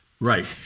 Right